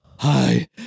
Hi